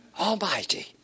Almighty